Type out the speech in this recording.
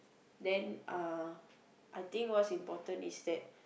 then uh I think what's important is that